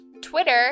Twitter